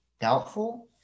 Doubtful